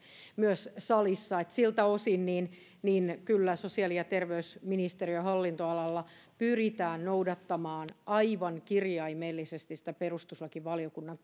myös salissa siltä osin kyllä sosiaali ja terveysministeriön hallinnonalalla pyritään noudattamaan aivan kirjaimellisesti sitä perustuslakivaliokunnan